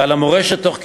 ועל המורשת תוך כדי,